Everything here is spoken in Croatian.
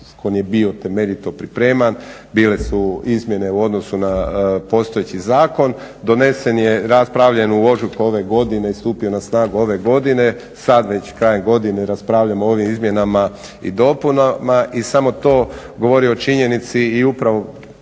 zakon je bio temeljito pripreman. Bile su izmjene u odnosu na postojeći zakon. Donesen je, raspravljen u ožujku ove godine, stupio na snagu ove godine, sad već krajem godine raspravljamo o ovim izmjenama i dopunama i samo to govori o činjenici i upravo